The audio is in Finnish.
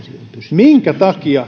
minkä takia